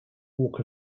walk